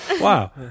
wow